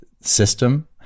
system